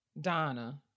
Donna